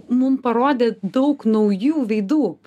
mum parodė daug naujų veidų